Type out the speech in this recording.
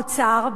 האוצר,